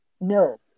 No